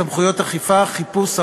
סמכויות אכיפה: חיפוש,